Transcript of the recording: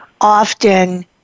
often